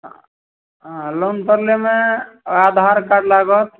लोनपर लैमे आधार कार्ड लागत